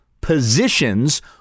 positions